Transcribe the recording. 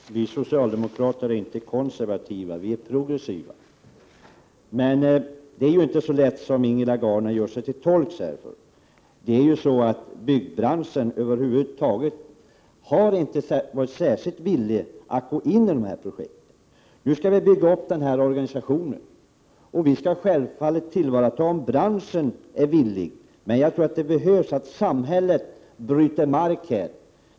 Herr talman! Vi socialdemokrater är inte konservativa, utan progressiva. Men det är inte så enkelt som Ingela Gardner här gör gällande. Byggnadsbranschen har över huvud taget inte varit särskilt villig att gå in i de projekt som det gäller. Vi skall nu bygga upp organisationen på detta område. Vi skall då självfallet ta till vara den vilja som kan finnas hos branschen, men jag tror att samhället behöver gå före och bryta mark.